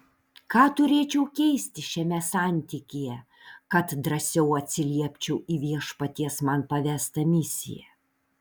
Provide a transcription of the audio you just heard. ką turėčiau keisti šiame santykyje kad drąsiau atsiliepčiau į viešpaties man pavestą misiją